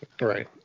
Right